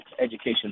education